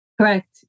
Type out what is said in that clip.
Correct